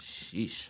Sheesh